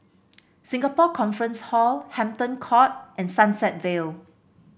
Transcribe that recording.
Singapore Conference Hall Hampton Court and Sunset Vale